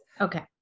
Okay